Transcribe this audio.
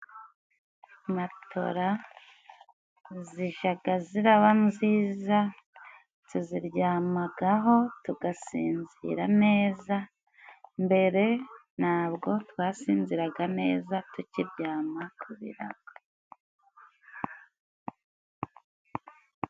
Matola zijaga ziraba nziza，tuziryamagaho tugasinzira neza， mbere ntabwo twasinziraga neza tukiryama ku birago.